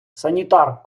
санітар